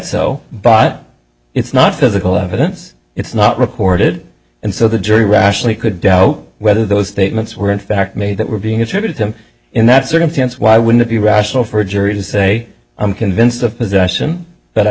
so but it's not physical evidence it's not reported and so the jury rationally could doubt whether those statements were in fact made that were being attributed to him in that circumstance why would it be rational for a jury to say i'm convinced of possession but i